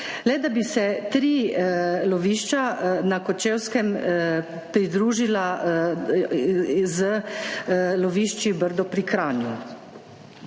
le da bi se tri lovišča na Kočevskem pridružila z lovišči Brdo pri Kranju,